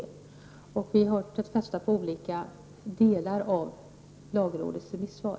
Lagrådet motsäger alltså sig självt. Vi har tagit fasta på olika delar av lagrådets remissvar.